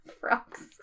frogs